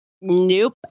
nope